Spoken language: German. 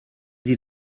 sie